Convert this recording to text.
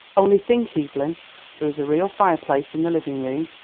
only think, evelyn, there is a real fireplace in the living room,